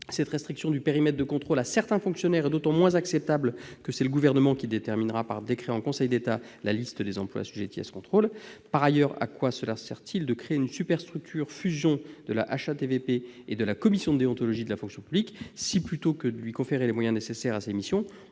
Une restriction du périmètre de contrôle à certains fonctionnaires est d'autant moins acceptable que c'est le Gouvernement qui déterminera par décret en Conseil d'État la liste des emplois assujettis à ce contrôle. Par ailleurs, à quoi servirait-il de créer une superstructure, fruit de la fusion de la HATVP et de la commission de déontologie de la fonction publique, si, plutôt que de lui octroyer les moyens nécessaires à ses missions,